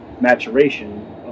maturation